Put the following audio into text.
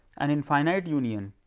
and in finite union